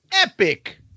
Epic